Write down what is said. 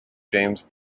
james